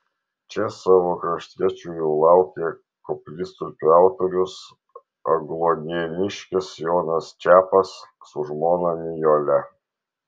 čia savo kraštiečių jau laukė koplytstulpio autorius agluonėniškis jonas čepas su žmona nijole